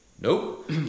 nope